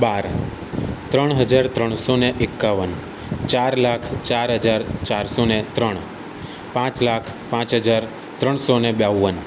બાર ત્રણ હજાર ત્રણસો ને એકાવન ચાર લાખ ચાર હજાર ચારસો ને ત્રણ પાંચ લાખ પાંચ હજાર ત્રણસો ને બાવન